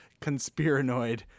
Conspiranoid